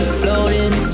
floating